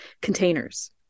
containers